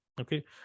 okay